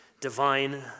divine